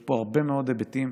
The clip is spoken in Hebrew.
יש פה הרבה מאוד היבטים.